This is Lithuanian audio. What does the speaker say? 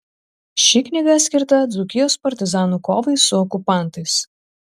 ši knyga skirta dzūkijos partizanų kovai su okupantais